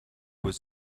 was